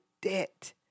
debt